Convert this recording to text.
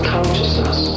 Consciousness